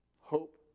hope